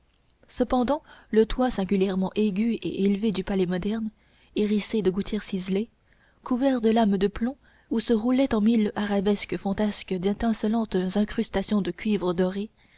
cependant le toit singulièrement aigu et élevé du palais moderne hérissé de gouttières ciselées couvert de lames de plomb où se roulaient en mille arabesques fantasques d'étincelantes incrustations de cuivre doré